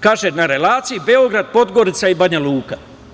kaže, na relaciji Beograd, Podgorica i Banjaluka.